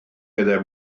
meddai